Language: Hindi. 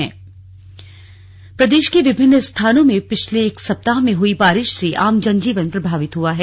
मौसम भूस्खलन प्रदेश के विभिन्न स्थानों में पिछले एक सप्ताह में हुई बारिश से आम जन जीवन प्रभावित हुआ है